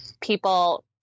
People